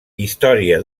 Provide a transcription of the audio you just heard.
història